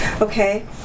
okay